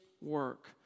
work